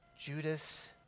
Judas